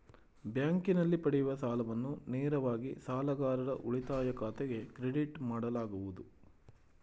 ಬ್ಯಾಂಕಿನಲ್ಲಿ ಪಡೆಯುವ ಸಾಲವನ್ನು ನೇರವಾಗಿ ಸಾಲಗಾರರ ಉಳಿತಾಯ ಖಾತೆಗೆ ಕ್ರೆಡಿಟ್ ಮಾಡಲಾಗುವುದು